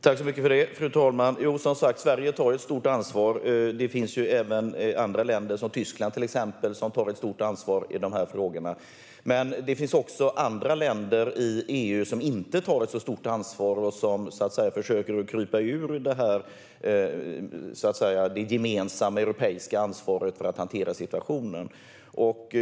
Fru talman! Jo, som sagt, Sverige tar ett stort ansvar. Det finns även andra länder, till exempel Tyskland, som tar ett stort ansvar i de här frågorna. Men det finns andra länder i EU som inte tar ett så stort ansvar och som, så att säga, försöker krypa ur det gemensamma europeiska ansvaret för att hantera situationen.